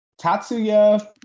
Tatsuya